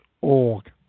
org